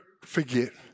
forget